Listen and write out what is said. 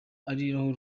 ariho